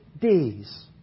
days